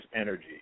energy